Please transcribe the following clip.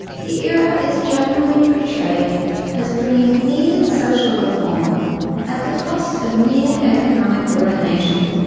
the era is generally portrayed as bringing needed social reform at the cost of near economic ruination.